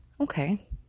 okay